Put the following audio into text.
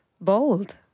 bold